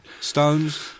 Stones